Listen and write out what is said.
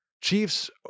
Chiefs